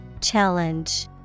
Challenge